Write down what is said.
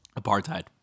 Apartheid